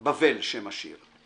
"בבל" שם השיר.